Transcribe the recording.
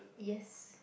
yes